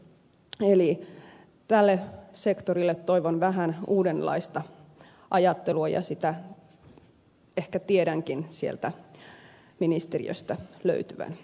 eli tälle sektorille toivon vähän uudenlaista ajattelua ja sitä ehkä tiedänkin sieltä ministeriöstä löytyvän